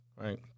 right